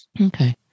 Okay